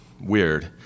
weird